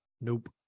Nope